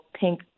pink